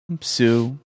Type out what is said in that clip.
sue